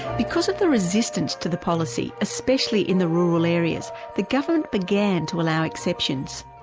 because of the resistance to the policy, especially in the rural areas, the government began to allow exceptions.